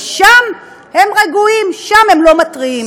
ושם הם רגועים, שם הם לא מתריעים.